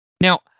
Now